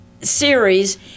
series